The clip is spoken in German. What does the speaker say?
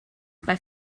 bei